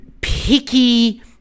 picky